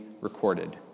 recorded